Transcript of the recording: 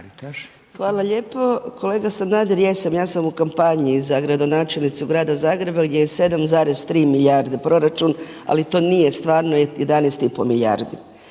Hvala lijepo. Kolega Sanader, jesam ja sam u kampanji za gradonačelnicu grada Zagreba gdje je 7,3 milijarde proračun ali to nije stvarno 11 i pol milijardi.